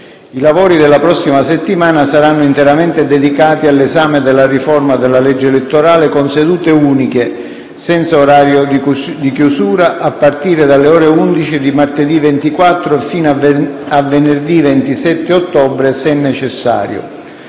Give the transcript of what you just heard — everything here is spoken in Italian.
I lavori della prossima settimana saranno interamente dedicati all'esame della riforma della legge elettorale con sedute uniche, senza orario di chiusura, a partire dalle ore 11 di martedì 24 sino a venerdì 27 ottobre, se necessario.